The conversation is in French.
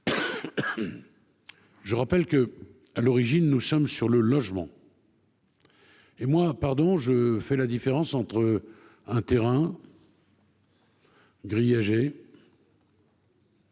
Je rappelle que, à l'origine, nous sommes sur le logement. Et moi, pardon, je fais la différence entre. Un terrain. Grillagé.